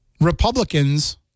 Republicans